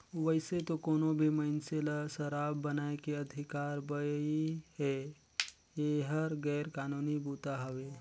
वइसे तो कोनो भी मइनसे ल सराब बनाए के अधिकार बइ हे, एहर गैर कानूनी बूता हवे